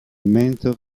mentor